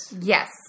Yes